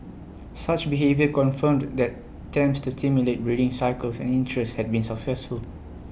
such behaviour confirmed that attempts to stimulate breeding cycles and interest had been successful